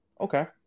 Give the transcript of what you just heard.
Okay